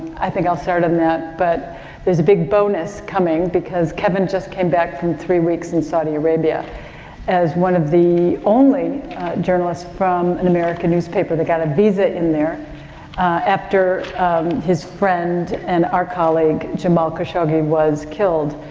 i think i'll start on that. but there's a big bonus coming because kevin just came back from three weeks in saudi arabia as one of the only journalists from an american newspaper that got a visa in there after his friend and our colleague jamal khashoggi was killed.